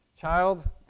child